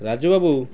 Raju ବାବୁ